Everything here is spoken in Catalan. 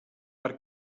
per